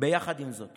יחד עם זאת